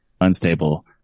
unstable